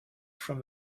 from